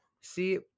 see